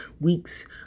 weeks